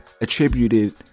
attributed